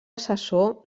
assessor